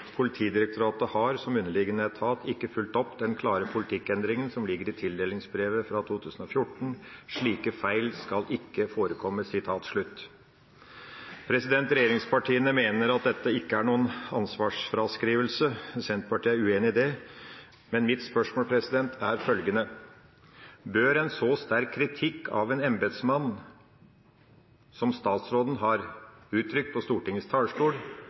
har, som underliggende etat, ikke fulgt opp den klare politikkendringen som ligger i tildelingsbrevet for 2014. Slike feil skal ikke forekomme.» Regjeringspartiene mener at dette ikke er noen ansvarsfraskrivelse, Senterpartiet er uenig i det. Mitt spørsmål er følgende: Bør en så sterk kritikk av en embetsmann som statsråden har uttrykt fra Stortingets talerstol,